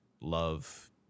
love